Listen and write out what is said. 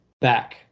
back